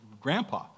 grandpa